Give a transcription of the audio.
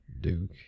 Duke